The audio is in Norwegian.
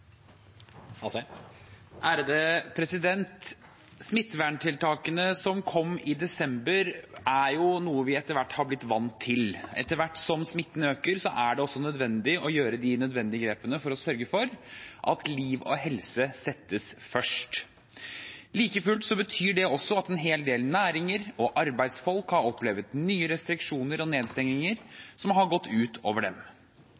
noe vi etter hvert har blitt vant til. Etter hvert som smitten øker, er det også nødvendig å gjøre de nødvendige grepene for å sørge for at liv og helse settes først. Like fullt betyr det også at en hel del næringer og arbeidsfolk har opplevd nye restriksjoner og nedstenginger som har gått ut over dem.